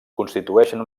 constitueixen